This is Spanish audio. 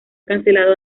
cancelado